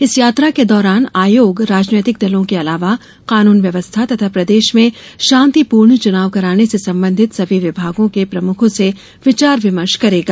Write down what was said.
इस यात्रा के दौरान आयोग राजनैतिक दलों के अलावा कानून व्यवस्था तथा प्रदेश में शांतिपूर्ण चुनाव कराने से संबंधित सभी विभागों के प्रमुखो से विचार विमर्श करेगा